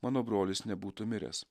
mano brolis nebūtų miręs